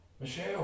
Michelle